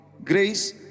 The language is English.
Grace